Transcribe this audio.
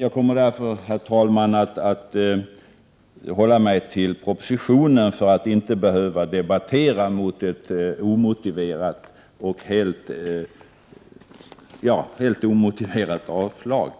Jag kommer därför, herr talman, att hålla mig till propositionen för att inte behöva debattera mot ett helt omotiverat avslag.